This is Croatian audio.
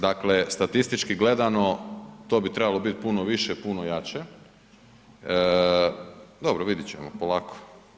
Dakle, statistički gledano to bi trebalo bit puno više, puno jače, dobro vidjet ćemo, polako.